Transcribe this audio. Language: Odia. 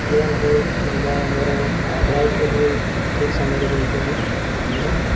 ଟ୍ରେନ୍ ହଉ କିମ୍ବା ଆମର ଫ୍ଲାଇଟ୍ରେ ହଉ ଠିକ୍ ସମୟରେ ଯାଇକି ଆମେ ଆମର